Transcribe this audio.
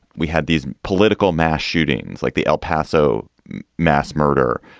we had these political mass shootings like the el paso mass murder,